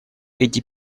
эти